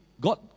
God